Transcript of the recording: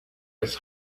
his